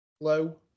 Low